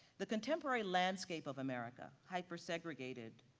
the contemporary landscape of america hypersegregated,